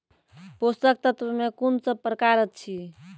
पोसक तत्व मे कून सब प्रकार अछि?